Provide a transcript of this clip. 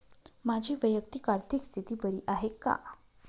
माझी वैयक्तिक आर्थिक स्थिती बरी आहे का?